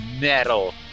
metal